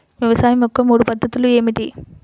వ్యవసాయం యొక్క మూడు పద్ధతులు ఏమిటి?